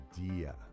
idea